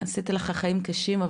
עשיתי לך חיים קשים,